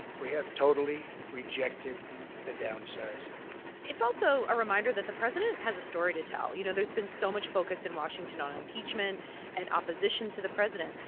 we have totally rejected the downsizing it's also a reminder that the president has a story to tell. you know, there's been so much focus in washington on impeachment and opposition to the president.